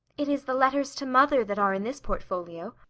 it is the letters to mother that are in this portfolio.